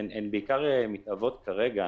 הן בעיקר מתהוות כרגע.